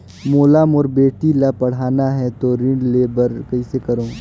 मोला मोर बेटी ला पढ़ाना है तो ऋण ले बर कइसे करो